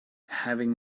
having